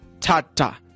Tata